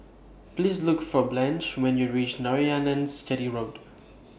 Please Look For Blanche when YOU REACH Narayanans Chetty Road